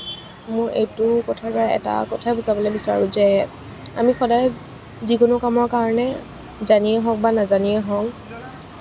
মোৰ এইটো কথাৰ পৰা এটা কথাই বুজাবলৈ বিচাৰোঁ যে আমি সদায় যিকোনো কামৰ কাৰণে জানিয়েই হওঁক বা নাজানিয়েই হওঁক